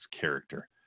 character